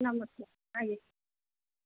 ନମସ୍କାର ଆଜ୍ଞା